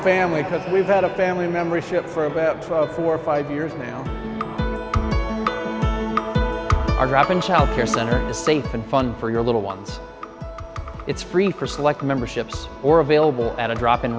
family because we've had a family member ship for about four or five years now our drop in child care center is safe and fun for your little ones it's free for select memberships or available at a drop in